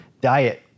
diet